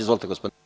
Izvolite.